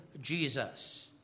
Jesus